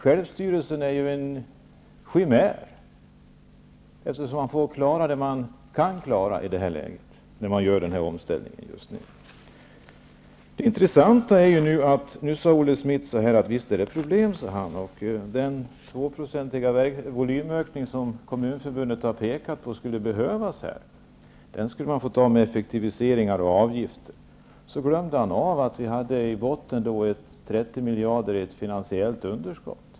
Självstyrelsen är ju en chimär, eftersom man i det här läget, med den här omställningen, får klara det man kan klara. Olle Schmidt sade nu, att visst finns det problem. Kommunförbundet har pekat på skulle behövas. Den skulle åstadkommas genom effektiviseringar och avgifter. Sedan glömde Olle Schmidt av att vi i botten redan har ett 30 miljarder stort finansiellt underskott.